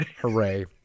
Hooray